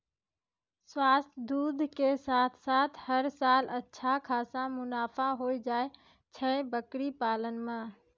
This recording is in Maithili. स्वस्थ दूध के साथॅ साथॅ हर साल अच्छा खासा मुनाफा होय जाय छै बकरी पालन मॅ